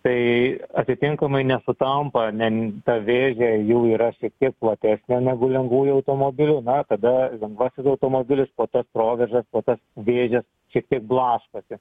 tai atitinkamai nesutampa ne ta vėžė jau yra šiek tiek platesnė negu lengvųjų automobilių na tada lengvuosis automobilis po tas provėžas potas vėžes šiek tiek blaškosi